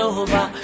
over